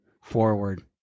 forward